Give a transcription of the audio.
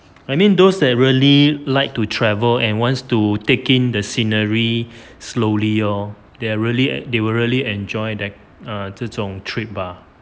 I mean those that really like to travel and wants to take in the scenery slowly oh they will really they will really enjoy that err 这种 trip bah